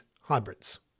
hybrids